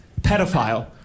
pedophile